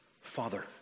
Father